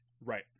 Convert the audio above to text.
Right